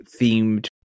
themed